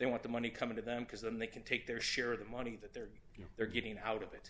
they want the money coming to them because then they can take their share of the money that they're you know they're getting out of it